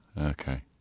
okay